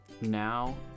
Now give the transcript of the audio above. Now